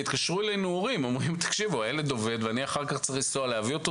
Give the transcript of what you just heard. התקשרו אלינו הורים ואמרו שהילד עובד ושהם צריכים אחר כך להביא אותו.